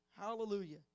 Hallelujah